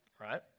right